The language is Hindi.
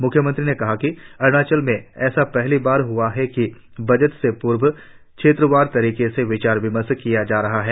मुख्यमंत्री ने कहा कि अरुणाचल में ऐसा पहली बार हआ है कि बजट से पूर्व क्षेत्रवार तरीके से विचार विमर्श किया जा रहा है